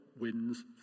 wins